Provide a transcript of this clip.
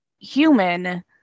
human